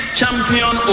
champion